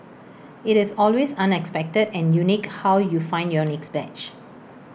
IT is always unexpected and unique how you find your next badge